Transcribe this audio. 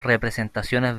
representaciones